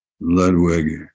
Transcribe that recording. Ludwig